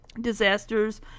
disasters